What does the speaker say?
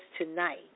tonight